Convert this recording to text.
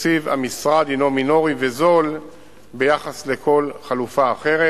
תקציב המשרד הינו מינורי וזול ביחס לכל חלופה אחרת.